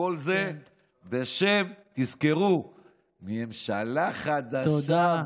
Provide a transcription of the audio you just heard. וכל זה בשם, תזכרו: ממשלה חדשה, תודה.